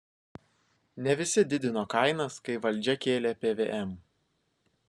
ne visi didino kainas kai valdžia kėlė pvm